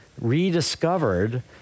rediscovered